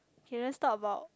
okay let's talk about